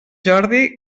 jordi